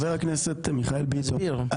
תסביר.